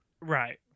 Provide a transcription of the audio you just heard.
Right